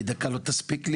כי דקה לא תספיק.